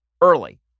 early